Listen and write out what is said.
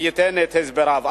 שייתן לי את הסבריו.